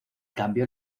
cambio